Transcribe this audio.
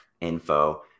info